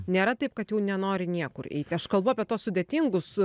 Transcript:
nėra taip kad jau nenori niekur eiti aš kalbu apie tuos sudėtingus